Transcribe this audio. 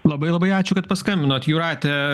labai labai ačiū kad paskambinot jūrate